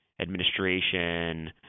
administration